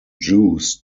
jews